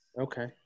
Okay